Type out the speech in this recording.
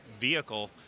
vehicle